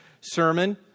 sermon